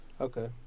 Okay